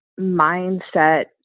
mindset